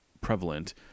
prevalent